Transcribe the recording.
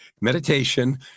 meditation